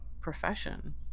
profession